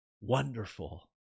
Wonderful